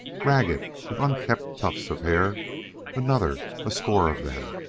ragged with unkempt tufts of hair another a score of them!